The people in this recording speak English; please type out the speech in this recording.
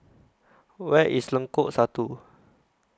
Where IS Lengkok Satu